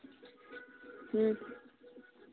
ᱦᱮᱸ